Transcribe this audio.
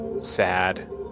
sad